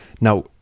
Now